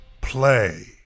play